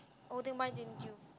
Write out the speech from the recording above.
oh then why didn't you